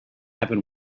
happen